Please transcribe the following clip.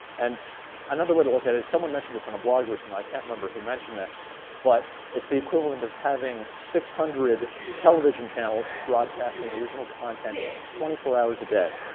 and another way to look at it someone mentioned this on a blog recently. i can't remember who mentioned this but it's the equivalent of having six hundred television channels broadcasting original content twenty four hours a day,